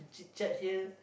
chit chat here